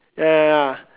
ya ya ya